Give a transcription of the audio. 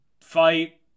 fight